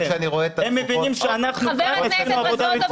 הם מבינים שאנחנו כאן עושים עבודה רצינית.